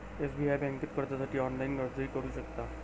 SBI बँकेत कर्जासाठी online अर्जही करू शकता